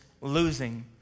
losing